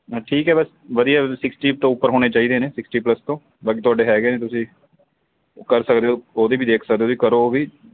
ਠੀਕ ਹੈ ਬਸ ਵਧੀਆ ਸਿਕਸਟੀ ਤੋਂ ਉੱਪਰ ਹੋਣੇ ਚਾਹੀਦੇ ਨੇ ਸਿਕਸਟੀ ਪਲੱਸ ਤੋਂ ਬਾਕੀ ਤੁਹਾਡੇ ਹੈਗੇ ਨੇ ਤੁਸੀਂ ਕਰ ਸਕਦੇ ਹੋ ਉਹਦੇ ਵੀ ਦੇਖ ਸਕਦੇ ਹੋ ਕਰੋ ਵੀ